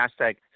hashtag